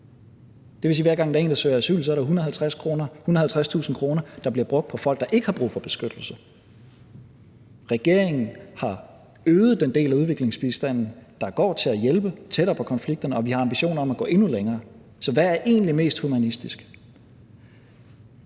hver gang der er én, der søger asyl, er det 150.000 kr., der bliver brugt på folk, der ikke har brug for beskyttelse. Regeringen har øget den del af udviklingsbistanden, der går til at hjælpe tættere på konflikterne, og vi har ambitioner om at gå endnu længere. Så hvad er egentlig mest humanistisk?